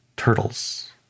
Turtles